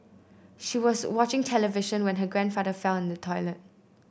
she was watching television when her grandfather fell in the toilet